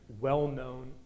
well-known